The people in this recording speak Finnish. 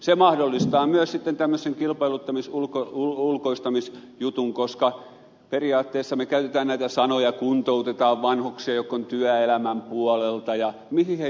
se mahdollistaa myös sitten tämmöisen kilpailuttamis ja ulkoistamisjutun koska periaatteessa käytetään näitä sanoja kuntoutetaan vanhuksia jotka ovat työelämän puolella ja mihin heitä kuntoutetaan